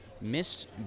Missed